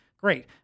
great